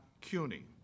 CUNY